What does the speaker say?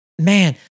Man